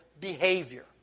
behavior